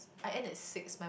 I end at six my